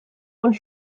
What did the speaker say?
ond